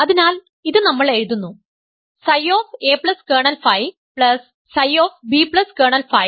അതിനാൽ ഇത് നമ്മൾ എഴുതുന്നു Ψa കേർണൽ Φ Ψ b കേർണൽ Φ